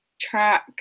track